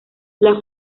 las